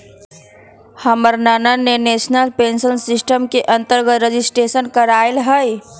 हमर नना ने नेशनल पेंशन सिस्टम के अंतर्गत रजिस्ट्रेशन करायल हइ